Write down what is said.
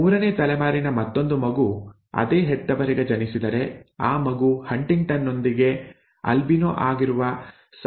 ಮೂರನೇ ತಲೆಮಾರಿನ ಮತ್ತೊಂದು ಮಗು ಅದೇ ಹೆತ್ತವರಿಗೆ ಜನಿಸಿದರೆ ಆ ಮಗು ಹಂಟಿಂಗ್ಟನ್ ನೊಂದಿಗೆ ಆಲ್ಬಿನೋ ಆಗುವ ಸಂಭವನೀಯತೆ ಏನು